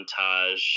montage